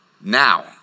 Now